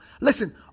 Listen